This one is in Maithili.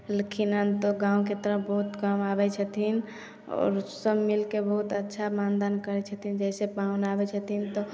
रहलखिन हन तऽ गामके तरफ बहुत कम आबै छथिन आओर सभ मिलिके बहुत अच्छा मानदान करै छथिन जाहिसे पाहुन आबै छथिन तऽ